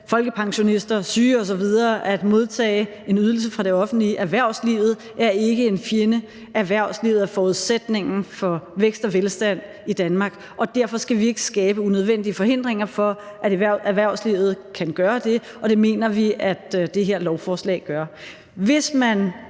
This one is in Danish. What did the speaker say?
at modtage en ydelse fra det offentlige. Erhvervslivet er ikke en fjende. Erhvervslivet er jo forudsætningen for vækst og velstand i Danmark, og derfor skal vi ikke skabe unødvendige forhindringer for, at erhvervslivet kan gøre det, og det mener vi det her lovforslag gør.